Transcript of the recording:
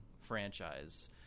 franchise